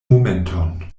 momenton